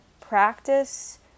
practice